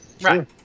Right